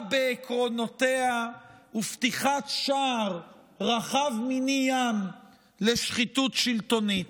פגיעה בעקרונותיה ופתיחת שער רחב מני ים לשחיתות שלטונית.